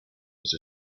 was